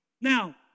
Now